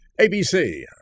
ABC